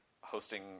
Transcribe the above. hosting